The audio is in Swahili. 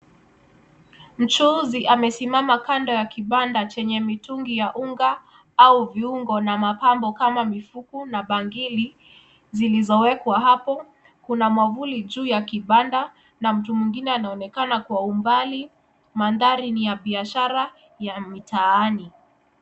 Mchuuzi amesimama kando ya kibanda chenye mitungi ya unga au viungo na mapambo kama mikufu na bangili zilizowekwa hapo. Kuna mwavuli juu ya kibanda na mtu mwengine anaonekana kwa umbali. Mandhari ni ya biashara ya mitaani.